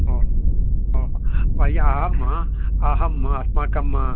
ओ ओ हो वयम् अहम् अहम् अस्माकं